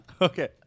Okay